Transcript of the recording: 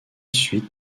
suite